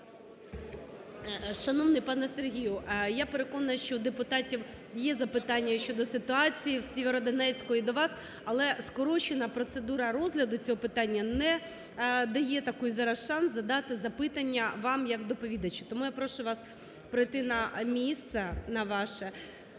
Шановний пане Сергію, я переконана, що у депутатів є запитання щодо ситуації в Сєвєродонецьку і до вас, але скорочена процедура розгляду цього питання не дає такого зараз шансу задати запитання вам як доповідачу. Тому я прошу вас пройти на місце на вашу.